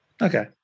Okay